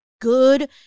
good